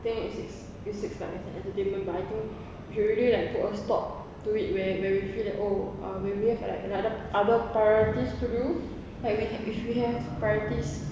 then it it seeks like entertainment but I think if you really like put a stop to it where where we feel like oh ah when we have like other other priorities to do like if if we have priorities